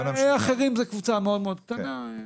אחרים זו קבוצה מאוד מאוד קטנה.